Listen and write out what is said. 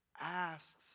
asks